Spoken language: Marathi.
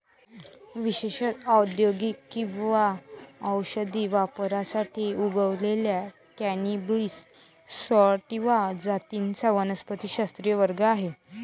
विशेषत औद्योगिक किंवा औषधी वापरासाठी उगवलेल्या कॅनॅबिस सॅटिवा जातींचा वनस्पतिशास्त्रीय वर्ग आहे